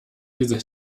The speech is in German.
diese